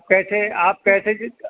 کیسے آپ کیسے